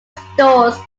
stores